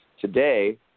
Today